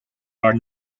are